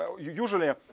usually